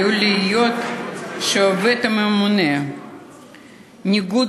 עלול להיות מצב שלעובד הממונה יש ניגוד